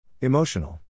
Emotional